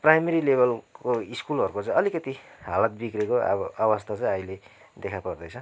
primary लेभलको सकुलहरूको चाहिँ अलिकति हालत बग्रेको अब अवस्था चाहिँ अहिले देखा पर्दैछ